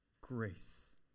grace